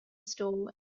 store